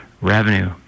revenue